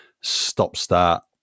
stop-start